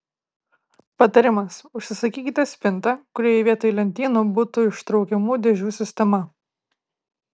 patarimas užsisakykite spintą kurioje vietoj lentynų būtų ištraukiamų dėžių sistema